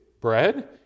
bread